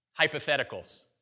hypotheticals